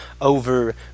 over